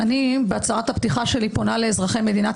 אני בהצהרת הפתיחה שלי פונה לאזרחי מדינת